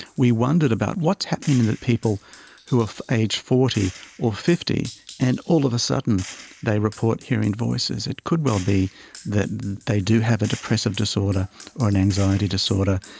we wondered about what's happening in the people who are aged forty or fifty and all of a sudden they report hearing voices? it could well be that they do have a depressive disorder or an anxiety disorder,